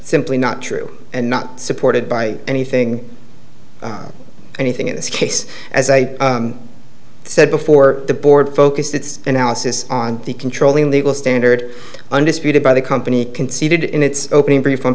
simply not true and not supported by anything anything in this case as i said before the board focused its analysis on the controlling legal standard undisputed by the company conceded in its opening